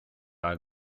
are